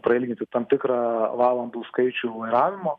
prailginti tam tikrą valandų skaičių vairavimo